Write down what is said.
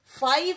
Five